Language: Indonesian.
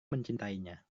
mencintainya